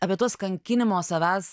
apie tuos kankinimo savęs